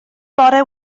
bore